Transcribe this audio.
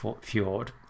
Fjord